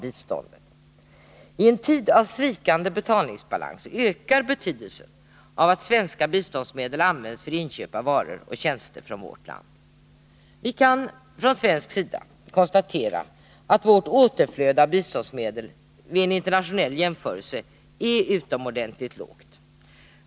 I en tid av sviktande betalningsbalans ökar betydelsen av att svenska biståndsmedel används för inköp av varor och tjänster från vårt land. Vi kan från svensk sida konstatera att vårt återflöde av biståndsmedel vid en internationell jämförelse är utomordentligt lågt.